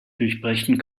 durchbrechen